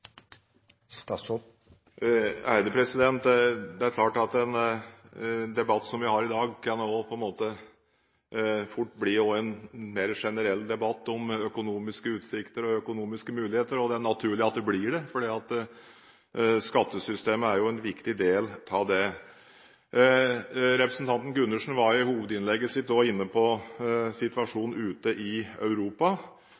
til å belyse. Det er klart at en debatt som den vi har i dag, fort kan bli en mer generell debatt om økonomiske utsikter og økonomiske muligheter. Det er naturlig at det blir slik, for skattesystemet er jo en viktig del av det. Representanten Gundersen var i hovedinnlegget sitt også inne på